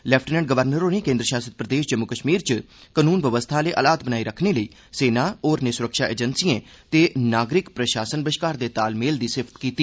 lieutenant governor होरें केन्द्र शासित प्रदेश जम्मू कश्मीर च कनून व्यवस्था आले हालात बनाई रक्खने लेई सेना होरने सुरक्षा एजेंसियें ते नागरिक प्रशासन बश्कार दे तालमेल दी सराहना कीती